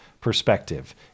perspective